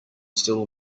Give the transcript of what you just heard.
still